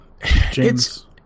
James